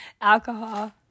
Alcohol